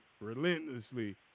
relentlessly